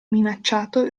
minacciato